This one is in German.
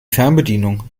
fernbedienung